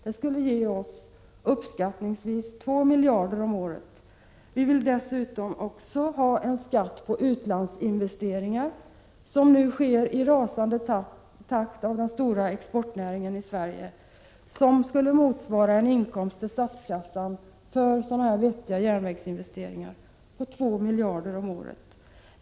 Det skulle ge uppskattningsvis 2 miljarder om året. Vi vill dessutom ha en skatt på de utlandsinvesteringar, som nu sker i rasande takt av den stora exportnäringen i Sverige, vilken skulle motsvara en inkomst till statskassan för sådana här vettiga järnvägsinvesteringar på 2 miljarder om året.